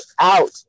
out